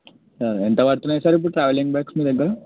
ఎంత పడుతున్నాయి సార్ ఇప్పుడు ట్రావెలింగ్ బ్యాగ్స్ మీ దగ్గర